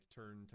turn